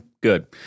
Good